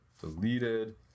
deleted